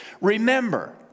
Remember